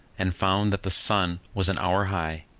and found that the sun was an hour high,